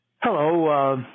hello